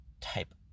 type